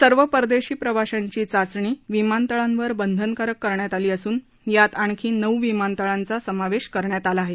सर्व परदेशी प्रवाशांची चाचणी विमानतळांवर बंधनकारक करण्यात आली असून यात आणखी नऊ विमानतळांचा समावेश करण्यात आला आहे